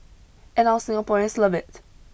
and our Singaporeans love it